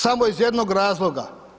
Samo iz jednog razloga.